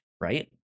Right